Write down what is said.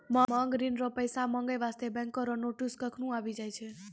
मांग ऋण रो पैसा माँगै बास्ते बैंको रो नोटिस कखनु आबि जाय छै